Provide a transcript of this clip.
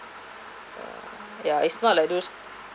uh ya it's not like those